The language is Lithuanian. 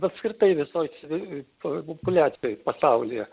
apskritai visoj civi po populiacijoj pasaulyje